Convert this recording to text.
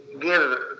give